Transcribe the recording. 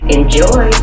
Enjoy